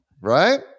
right